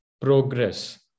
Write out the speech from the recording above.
progress